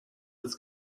its